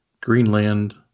Greenland